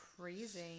crazy